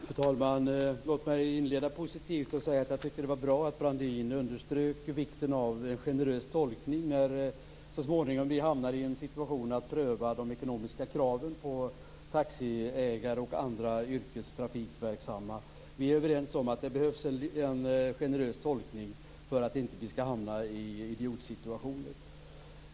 Fru talman! Låt mig inleda positivt och säga att det var bra att Claes-Göran Brandin underströk vikten av en generös tolkning när vi så småningom hamnar i situationen att vi skall pröva de ekonomiska kraven för taxiägare och andra verksamma inom yrkestrafiken. Vi är överens om att det behövs en generös tolkning för att vi inte skall hamna i idiotsituationer.